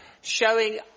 showing